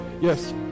Yes